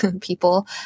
people